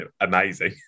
amazing